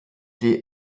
die